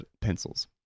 pencils